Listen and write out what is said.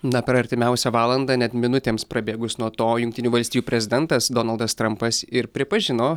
na per artimiausią valandą net minutėms prabėgus nuo to jungtinių valstijų prezidentas donaldas trampas ir pripažino